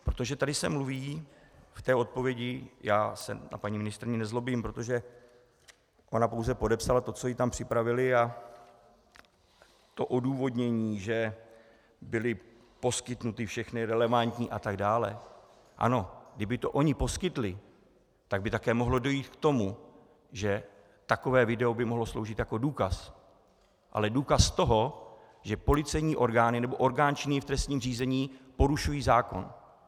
Protože tady se mluví v té odpovědi, já se na paní ministryni nezlobím, protože ona pouze podepsala to, co jí tam připravili, a to odůvodnění, že byly poskytnuty všechny relevantní atd. ano, kdyby to oni poskytli, tak by také mohlo dojít k tomu, že takové video by mohlo sloužit jako důkaz, ale důkaz toho, že policejní orgány nebo orgán činný v trestním řízení porušují zákon.